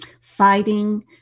fighting